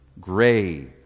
gray